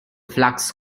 flux